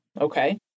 okay